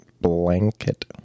Blanket